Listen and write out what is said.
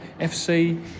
FC